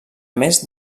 més